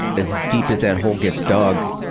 as deep as that whole gets dug,